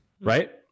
right